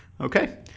Okay